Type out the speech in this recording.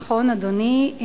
נכון, אדוני.